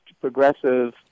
progressive